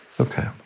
okay